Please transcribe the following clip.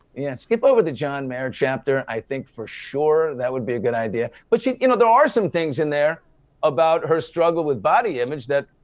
yeah, skip over the john mayer chapter. i think for sure that would be a good idea, but you you know, there are some things in there about her struggle with body image that,